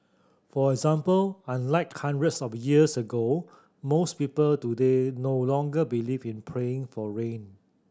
for example unlike hundreds of years ago most people today no longer believe in praying for rain